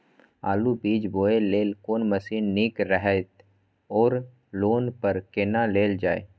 आलु बीज बोय लेल कोन मशीन निक रहैत ओर लोन पर केना लेल जाय?